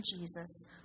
Jesus